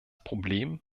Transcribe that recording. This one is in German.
problem